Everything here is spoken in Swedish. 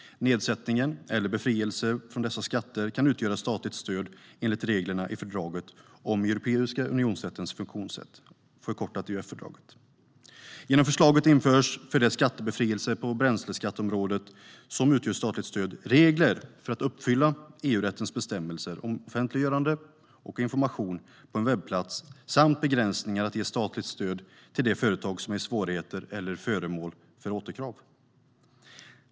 "Nedsättning eller befrielse från dessa skatter kan utgöra statligt stöd enligt reglerna i fördraget om Europeiska unionens funktionssätt, förkortad EUF-fördraget. Genom förslaget införs, för de skattebefrielser på bränsleskatteområdet som utgör statligt stöd, regler för att uppfylla EU-rättens bestämmelser om offentliggörande och information på en webbplats samt begränsningar i fråga om att ge statligt stöd till företag som är i svårigheter eller är föremål för återkrav."